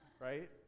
Right